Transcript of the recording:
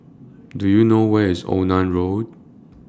Do YOU know Where IS Onan Road